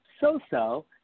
so-so